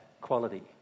quality